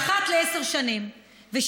ועדת טקסים וסמלים החליטה שאחת לעשר שנים וב-70